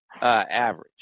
Average